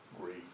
great